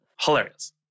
Hilarious